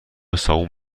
صابون